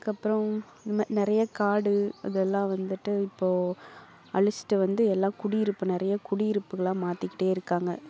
அதுக்கப்புறம் நெ நிறைய காடு அதெல்லாம் வந்துட்டு இப்போது அழிச்சுட்டு வந்து எல்லாம் குடியிருப்பு நிறைய குடியிருப்புகளாக மாற்றிக்கிட்டே இருக்காங்க